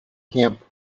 camp